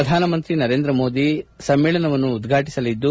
ಪ್ರಧಾನಮಂತ್ರಿ ನರೇಂದ್ರ ಮೋದಿ ಸಮ್ಮೇಳನವನ್ನು ಉದ್ಘಾಟಿಸಲಿದ್ದು